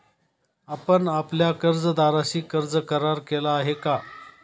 आपण आपल्या कर्जदाराशी कर्ज करार केला आहे का?